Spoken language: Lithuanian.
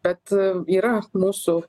bet yra mūsų